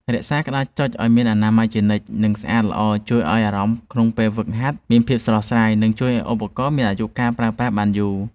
រក្សាក្តារចុចឱ្យមានអនាម័យជានិច្ច និងស្អាតល្អជួយឱ្យអារម្មណ៍ក្នុងពេលហ្វឹកហាត់មានភាពស្រស់ស្រាយ និងជួយឱ្យឧបករណ៍មានអាយុកាលប្រើប្រាស់យូរ។